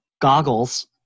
Goggles